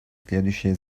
следующее